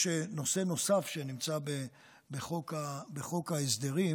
יש נושא נוסף שנמצא בחוק ההסדרים,